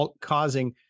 causing